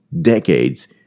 decades